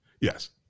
Yes